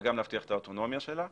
וגם להבטיח את האוטונומיה שלה.